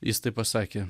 jis tai pasakė